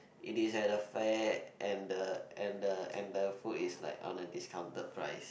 it is at the fair and the and the and the food is like on a discounted price